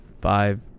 five